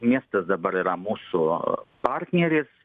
miestas dabar yra mūsų partneris